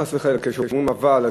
חס וחלילה,